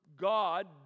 God